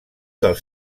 dels